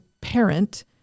parent